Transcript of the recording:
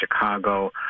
Chicago